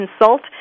consult